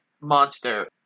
monster